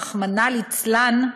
רחמנא ליצלן,